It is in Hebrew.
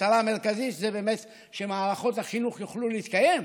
המטרה המרכזית היא באמת שמערכות החינוך יוכלו להתקיים,